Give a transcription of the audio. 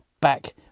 back